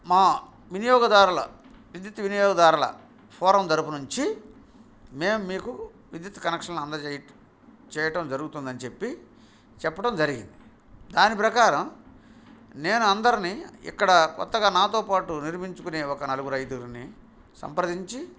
మా వినియోగదారుల విద్యుత్ వినియోగదారుల ఫోరం తరుపునుంచి మేము మీకు విద్యుత్ కనెక్షన్ అందచేయటం జరుగుతుంది అని చెప్పి చెప్పడం జరిగింది దాని ప్రకారం నేను అందరినీ ఇక్కడ కొత్తగా నాతో పాటు నిర్మించుకునే ఒక నలుగురు అయిదుగురుని సంప్రదించి